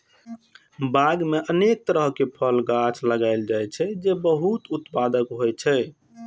बाग मे अनेक तरहक फलक गाछ लगाएल जाइ छै, जे बहुत उत्पादक होइ छै